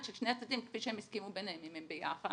של שני הצדדים כפי שהם הסכימו ביניהם אם הם ביחד,